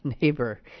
Neighbor